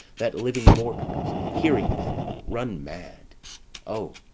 that living mortals, hearing them, run mad o,